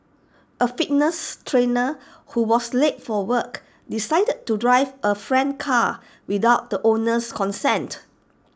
A fitness trainer who was late for work decided to drive A friend's car without the owner's consent